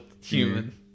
human